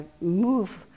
move